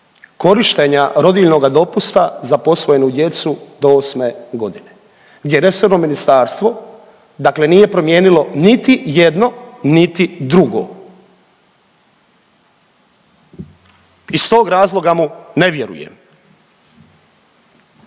korištenja rodiljnoga dopusta za posvojenu djecu do 8 godine, gdje resorno ministarstvo dakle nije promijenilo niti jedno niti drugo. Iz tog razloga mu ne vjerujem.